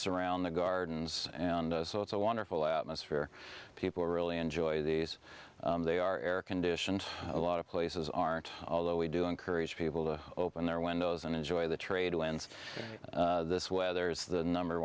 surround the gardens and so it's a wonderful atmosphere people really enjoy these they are air conditioned a lot of places aren't although we do encourage people to open their windows and enjoy the trade winds this weather is the number